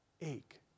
ache